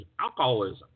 alcoholism